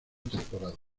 temporadas